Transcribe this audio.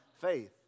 faith